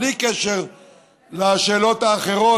בלי קשר לשאלות האחרות,